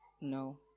No